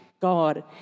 God